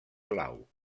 blau